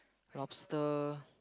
lobster